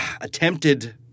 attempted